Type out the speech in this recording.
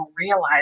realize